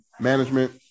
management